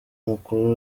mukuru